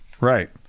Right